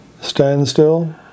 standstill